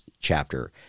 chapter